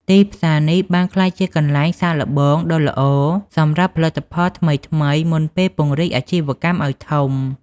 ទីផ្សារនេះបានក្លាយជាកន្លែងសាកល្បងដ៏ល្អសម្រាប់ផលិតផលថ្មីៗមុនពេលពង្រីកអាជីវកម្មឱ្យធំ។